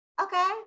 okay